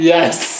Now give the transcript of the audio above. Yes